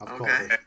Okay